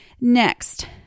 Next